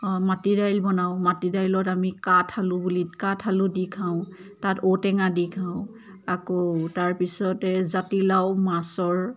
মাটি দাইল বনাওঁ মাটি দাইলত আমি কাঠআলু বুলি কাঠআলু দি খাওঁ তাত ঔটেঙা দি খাওঁ আকৌ তাৰপিছতে জাতিলাও মাছৰ